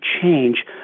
change